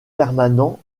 permanent